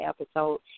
episode